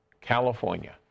California